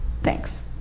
Thanks